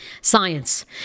Science